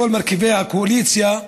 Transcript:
את כל מרכיבי הקואליציה,